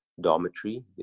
dormitory